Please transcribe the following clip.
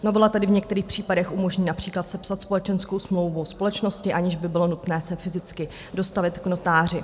Novela tedy v některých případech umožní například sepsat společenskou smlouvu společnosti, aniž by bylo nutné se fyzicky dostavit k notáři.